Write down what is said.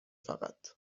فقط